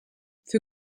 für